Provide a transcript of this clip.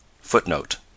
Footnote